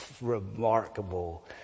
remarkable